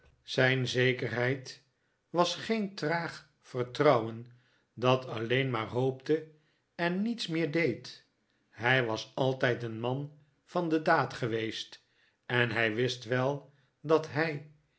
zijn zekerheid was geen traag vertrouwen dat alleen maar hoopte en niets meer deed hij was altijd een man van de daad geweest en hij wist wel dat hij